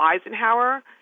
Eisenhower